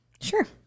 sure